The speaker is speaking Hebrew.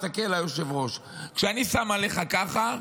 תסתכל היושב-ראש: כשאני שם עליך ככה,